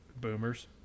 Boomers